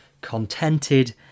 contented